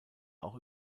auch